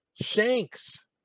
Shanks